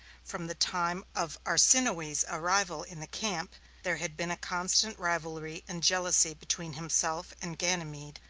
from the time of arsinoe's arrival in the camp there had been a constant rivalry and jealousy between himself and ganymede,